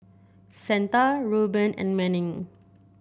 Santa Reuben and Manning